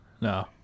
No